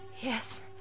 Yes